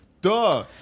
duh